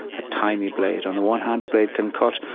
a tiny blade. on the one hand, a blade can cut.